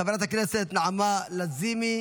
חברת הכנסת נעמה לזימי,